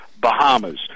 Bahamas